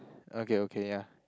okay okay ya